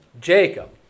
jacob